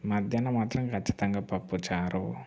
మధ్యాహ్నం మాత్రం ఖచ్చితంగా పప్పు చారు